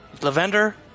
Lavender